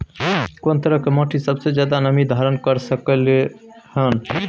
कोन तरह के माटी सबसे ज्यादा नमी धारण कर सकलय हन?